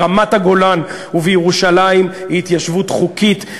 ברמת-הגולן ובירושלים היא התיישבות חוקית.